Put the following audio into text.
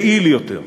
יעיל יותר.